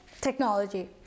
technology